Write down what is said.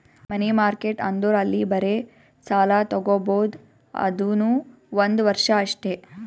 ಮನಿ market ಅಂದುರ್ ಅಲ್ಲಿ ಬರೇ ಸಾಲ ತಾಗೊಬೋದ್ ಅದುನೂ ಒಂದ್ ವರ್ಷ ಅಷ್ಟೇ